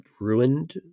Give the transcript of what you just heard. ruined